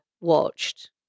watched